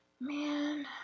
Man